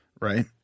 right